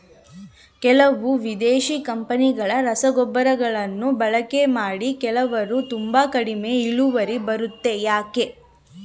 ಕೆಲವು ವಿದೇಶಿ ಕಂಪನಿಗಳ ರಸಗೊಬ್ಬರಗಳನ್ನು ಬಳಕೆ ಮಾಡಿ ಕೆಲವರು ತುಂಬಾ ಕಡಿಮೆ ಇಳುವರಿ ಬರುತ್ತೆ ಯಾಕೆ?